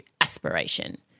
aspiration